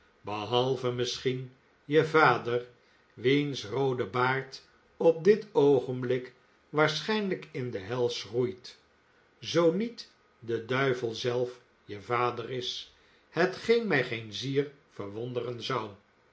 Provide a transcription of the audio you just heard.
behalve misschien je vader wiens roode baard op dit oogenblik waarschijnlijk in de hel schroeit zoo niet de duivel zelf je vader is hetgeen mij geen zier verwonderen zou